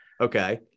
Okay